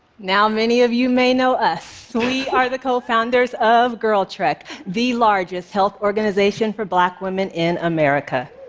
now, many of you may know us. we are the cofounders of girltrek, the largest health organization for black women in america.